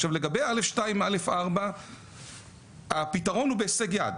עכשיו, לגבי א/2-א/4 הפתרון הוא בהישג יד.